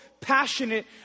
passionate